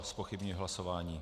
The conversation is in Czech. Zpochybňuji hlasování.